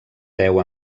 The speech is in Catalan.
deu